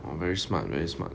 !wah! very smart very smart